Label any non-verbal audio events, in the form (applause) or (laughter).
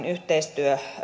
(unintelligible) yhteistyö